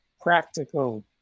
practical